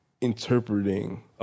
interpreting